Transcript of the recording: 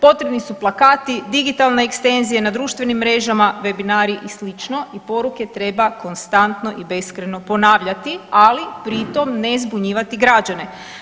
Potrebni su plakati, digitalne ekstenzije na društvenim mrežama, vebinari i slično i poruke treba konstantno i beskrajno ponavljati, ali pri tom ne zbunjivati građane.